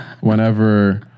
whenever